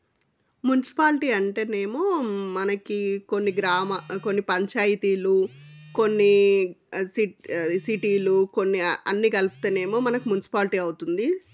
municipality అంటే ఏమో మనకి కొన్ని గ్రామ కొన్ని పంచాయితీలు కొన్ని సిట్ సిటీలు కొన్ని అన్ని కల్పితే ఏమో మనకు మున్సిపాలిటీ అవుతుంది